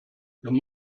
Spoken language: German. nun